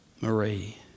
Marie